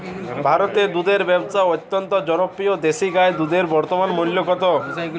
ভারতে দুধের ব্যাবসা অত্যন্ত জনপ্রিয় দেশি গাই দুধের বর্তমান মূল্য কত?